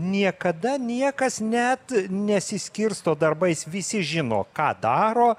niekada niekas net nesiskirsto darbais visi žino ką daro